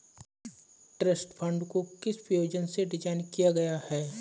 Trust fund को किस प्रयोजन से डिज़ाइन किया गया है?